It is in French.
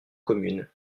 communes